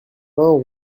vingts